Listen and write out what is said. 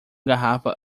garrafa